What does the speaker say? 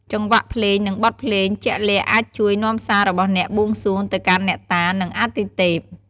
ចង្វាក់ភ្លេង និងបទភ្លេងជាក់លាក់ អាចជួយនាំសាររបស់អ្នកបួងសួងទៅកាន់អ្នកតា និងអាទិទេព។